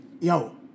Yo